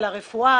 על הרפואה,